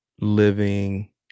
living